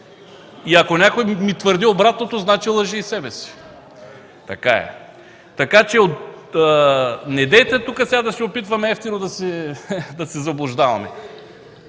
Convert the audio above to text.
и ако някой ми твърди обратното, значи лъже и себе си. Така е! Недейте тук сега да се опитваме евтино да се заблуждаваме.